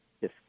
Yes